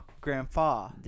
grandpa